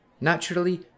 Naturally